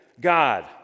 God